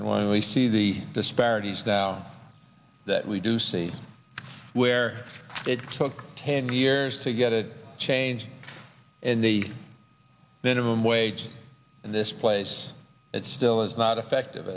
and when we see the disparities that all that we do see where it took ten years to get it changed and the minimum wage in this place it still is not effective